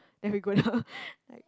then we go down like